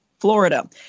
Florida